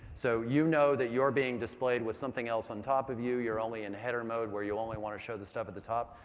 so you know that you're being displayed with something else on top of you. you're only in header mode where you only want to show the stuff at the top.